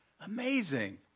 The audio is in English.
Amazing